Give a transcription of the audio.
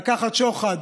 לקחת שוחד.